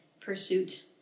pursuit